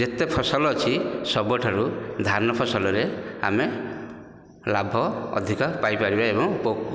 ଯେତେ ଫସଲ ଅଛି ସବୁଠାରୁ ଧାନ ଫସଲରେ ଆମେ ଲାଭ ଅଧିକ ପାଇପାରିବା ଏବଂ